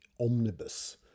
omnibus